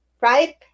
right